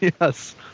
Yes